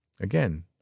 Again